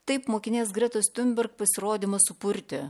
taip mokinės gretos tiunberg pasirodymas supurtė